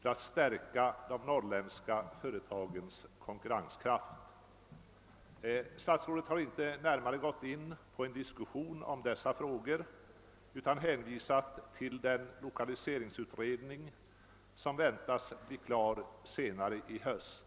för att stärka de norrländska företagens konkurrenskraft. Statsrådet har inte närmare gått in på en diskussion om dessa frågor utan har hänvisat till den lokaliseringsutredning som väntas bli klar senare i höst.